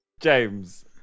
James